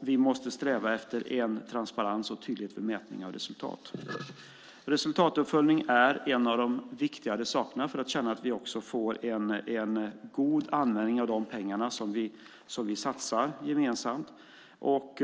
Vi måste sträva efter transparens och tydlighet i mätningar och resultat. Resultatuppföljning är en av de viktigare sakerna, för att känna att vi får god användning av de pengar som vi satsar gemensamt.